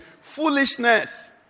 Foolishness